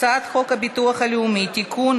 הצעת חוק הביטוח הלאומי (תיקון,